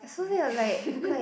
so they are like like